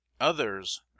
others